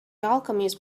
alchemist